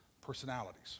personalities